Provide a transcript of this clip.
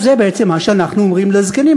אבל זה בעצם מה שאנחנו אומרים לזקנים.